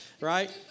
right